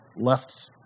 left